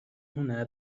هنا